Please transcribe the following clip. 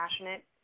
passionate